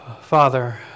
Father